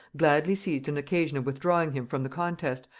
gladly seized an occasion of withdrawing him from the contest,